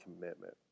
commitment